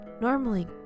normally